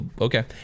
okay